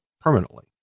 permanently